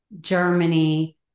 Germany